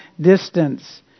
distance